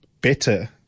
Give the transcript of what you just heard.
better